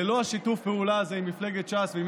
ללא שיתוף הפעולה הזה עם מפלגת ש"ס ועם